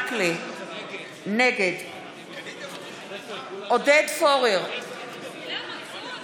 נגד יואל רזבוזוב,